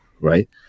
right